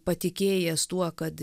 patikėjęs tuo kad